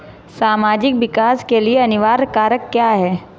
सामाजिक विकास के लिए अनिवार्य कारक क्या है?